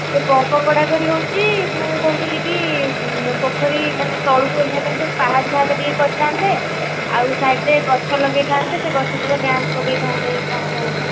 ସେ ପଙ୍କ କଢ଼ାକଢ଼ି ହେଉଛି ମୁଁ କହୁଥିଲିକି ପୋଖରୀ ମାନେ ତଳୁକୁ ଓହ୍ଲେଇବା ପାଇଁ ଯେଉଁ ପାହାଚ ଫାହାଚ ଟିକିଏ କରିଥାନ୍ତେ ଆଉ ସାଇଡ଼୍ରେ ଗଛ ଲଗାଇଥାନ୍ତେ ସେ ଗଛ ତଳେ ବ୍ୟାଞ୍ଚ୍ ପକାଇଥାନ୍ତେ କ'ଣ କହୁନ